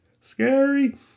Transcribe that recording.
scary